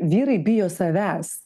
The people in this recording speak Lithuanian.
vyrai bijo savęs